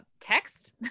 text